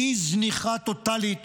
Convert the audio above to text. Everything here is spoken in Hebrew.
באי-זניחה טוטלית